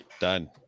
Done